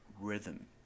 rhythm